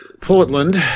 Portland